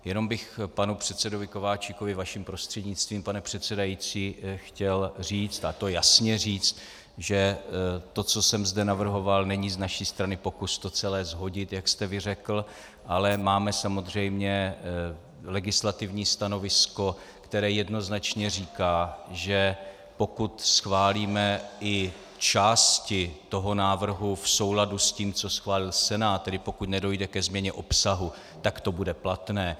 Jenom bych panu předsedovi Kováčikovi vaším prostřednictvím, pane předsedající, chtěl říct, a to jasně říct, že to, co jsem zde navrhoval, není z naší strany pokus to celé shodit, jak jste vy řekl, ale máme samozřejmě legislativní stanovisko, které jednoznačně říká, že pokud schválíme i části toho návrhu v souladu s tím, co schválil Senát, tedy pokud nedojde ke změně obsahu, tak to bude platné.